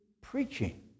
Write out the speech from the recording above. preaching